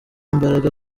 imbaraga